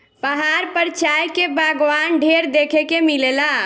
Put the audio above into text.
पहाड़ पर चाय के बगावान ढेर देखे के मिलेला